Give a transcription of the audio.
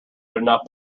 enough